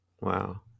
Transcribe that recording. Wow